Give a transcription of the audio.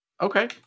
Okay